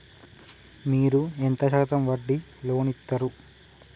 మీరు ఎంత శాతం వడ్డీ లోన్ ఇత్తరు?